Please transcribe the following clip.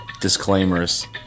disclaimers